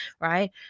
right